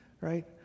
right